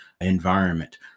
environment